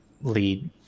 lead